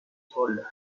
soler